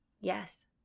Yes